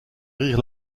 rire